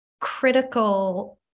critical